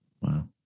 Wow